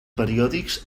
periòdics